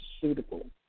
suitable